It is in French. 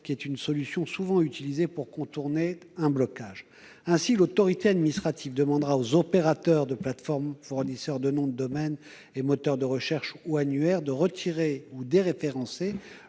qui est souvent utilisée pour contourner un blocage. Ainsi, l'autorité administrative demandera aux opérateurs de plateformes, fournisseurs de noms de domaine et moteurs de recherche ou annuaires de retirer ou déréférencer,